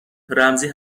رمزی